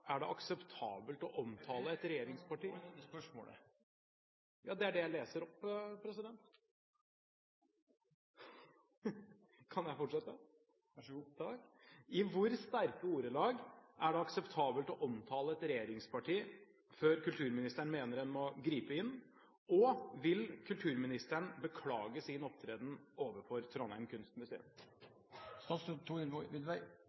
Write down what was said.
er det akseptabelt å omtale et regjeringsparti før kulturministeren mener en må gripe inn, og vil kulturministeren beklage sin opptreden overfor Trondheim